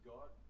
God